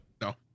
no